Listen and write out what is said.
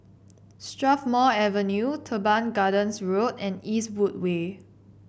Strathmore Avenue Teban Gardens Road and Eastwood Way